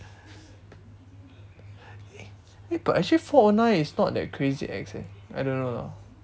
eh but actually four O nine is not that crazy ex eh I don't know lah